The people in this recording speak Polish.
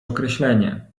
określenie